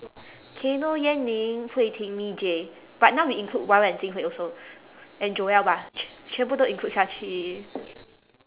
kayno yan ning hui ting me jay but now we include Y_Y and jing hui also and joel bah qu~ 全部都 include 下去